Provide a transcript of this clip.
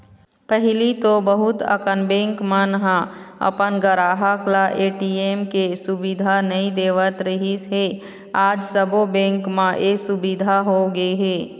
पहिली तो बहुत अकन बेंक मन ह अपन गराहक ल ए.टी.एम के सुबिधा नइ देवत रिहिस हे आज सबो बेंक म ए सुबिधा होगे हे